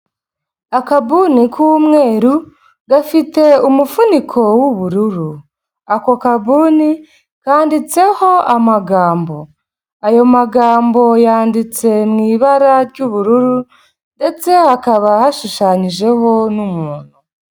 Akabuni k'umweru gafite umufuniko w'ubururu. Ako kabuni kanditseho amagambo, ayo magambo yanditse mu ibara ry'ubururu ndetse hakaba hashushanyijeho n'umuntu.